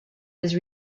was